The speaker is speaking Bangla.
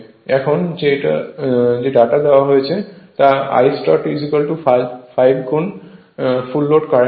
এখন যে ডেটা দেওয়া হয়েছে তা Istart 5 গুন ফুল লোড কারেন্ট হবে